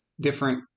different